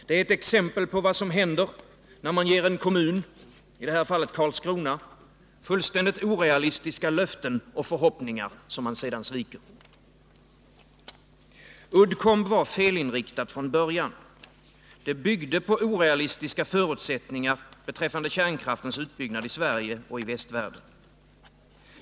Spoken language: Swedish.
Det är ett exempel på vad som händer, när man ger en kommun - i detta fall Karlskrona — fullständigt orealistiska löften och förhoppningar som man sedan sviker. Uddcomb var felinriktat från början. Det byggde på orealistiska förutsättningar beträffande kärnkraftens utbyggnad i Sverige och i västvärlden.